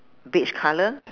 beige colour